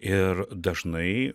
ir dažnai